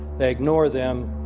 they ignore them,